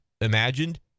imagined